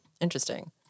Interesting